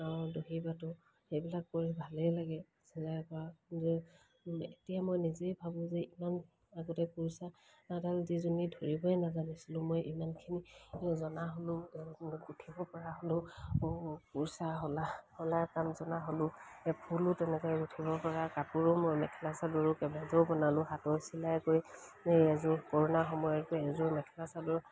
দহি বাতোঁ সেইবিলাক কৰি ভালেই লাগে চিলাই কৰা এতিয়া মই নিজেই ভাবোঁ যে ইমান আগতে কুৰচা এডাল যিজনীয়ে ধৰিবই নাজানিছিলোঁ মই ইমানখিনি জনা হ'লোঁ গোঁঠিব পৰা হ'লোঁ কুৰচা শলা শলাৰ কাম জনা হ'লো ফুলো তেনেকে পৰা কাপোৰো মই মেখেলা চাদৰো বনালোঁ হাতৰ চিলাই কৰি এই এযোৰ কৰোণা সময়তক এযোৰ মেখেলা চাদৰ